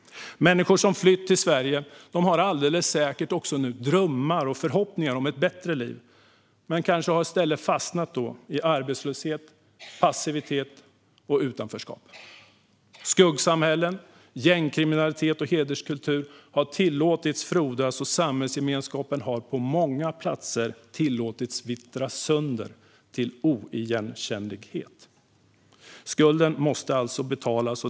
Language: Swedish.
Människor som flytt till Sverige har alldeles säkert haft drömmar och förhoppningar om ett bättre liv men har kanske i stället fastnat i arbetslöshet, passivitet och utanförskap. Skuggsamhällen, gängkriminalitet och hederskultur har tillåtits frodas, och samhällsgemenskapen har på många platser tillåtits vittra sönder till oigenkännlighet. Skulden måste betalas.